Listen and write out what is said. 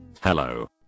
Hello